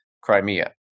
Crimea